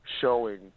showing